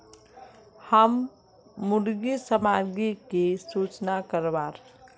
हम मुर्गा सामग्री की सूचना करवार?